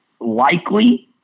likely—